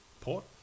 Port